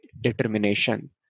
determination